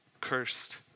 cursed